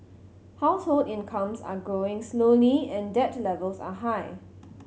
household incomes are growing slowly and debt levels are high